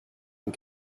and